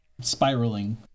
spiraling